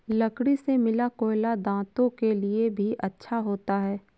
लकड़ी से मिला कोयला दांतों के लिए भी अच्छा होता है